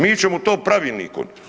Mi ćemo to pravilnikom.